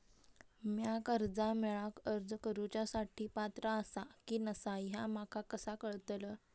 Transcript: म्या कर्जा मेळाक अर्ज करुच्या साठी पात्र आसा की नसा ह्या माका कसा कळतल?